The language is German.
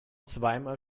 zweimal